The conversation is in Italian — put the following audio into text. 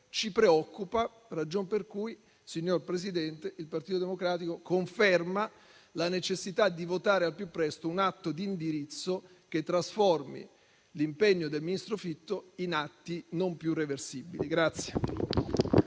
ci preoccupa. Ragion per cui, signor Presidente, il Partito Democratico conferma la necessità di votare al più presto un atto di indirizzo che trasformi l'impegno del ministro Fitto in atti non più reversibili.